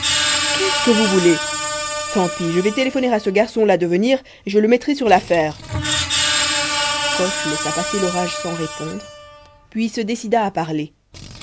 qu'est-ce que vous voulez tant pis je vais téléphoner à ce garçon-là de venir et je le mettrai sur l'affaire coche laissa passer l'orage sans répondre puis se décida à parler